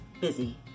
busy